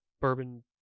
bourbon